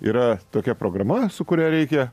yra tokia programa su kuria reikia